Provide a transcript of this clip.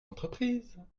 entreprises